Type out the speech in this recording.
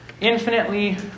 infinitely